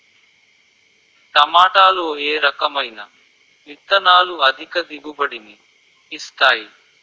టమాటాలో ఏ రకమైన విత్తనాలు అధిక దిగుబడిని ఇస్తాయి